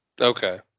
Okay